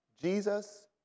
Jesus